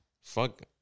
Fuck